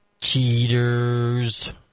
Cheaters